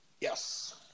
Yes